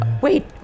wait